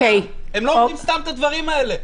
הם לא אומרים סתם את הדברים האלה.